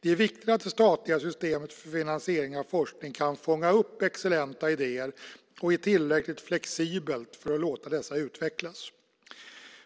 Det är viktigt att det statliga systemet för finansiering av forskning kan fånga upp excellenta idéer och är tillräckligt flexibelt för att låta dessa utvecklas.